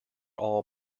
all